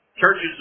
churches